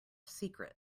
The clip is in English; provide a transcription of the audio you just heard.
secret